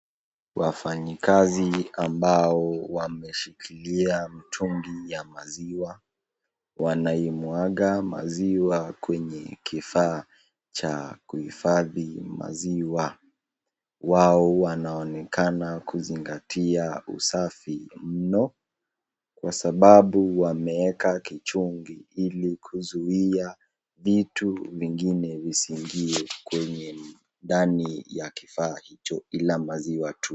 Wafanyikazi ambao wameshikilia mtungi ya maziwa, wanaimwaga maziwa kwenye kifaa cha kuhifadhi maziwa. Wao wanaonekana kuzingatia usafi mno, kwa sababu wameeka kichungi, ili kuzuia vitu vingine visiingie kwenye ndani ya kifaa hicho, ila maziwa tu.